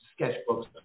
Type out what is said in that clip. sketchbooks